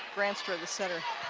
granstra, the center